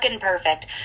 perfect